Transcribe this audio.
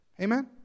Amen